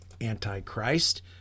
antichrist